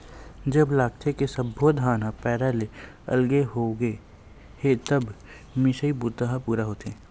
जब लागथे के सब्बो धान ह पैरा ले अलगे होगे हे तब मिसई बूता ह पूरा होथे